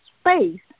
space